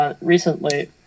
recently